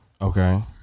Okay